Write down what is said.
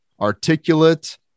articulate